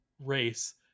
race